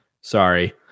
Sorry